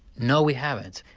no we haven't.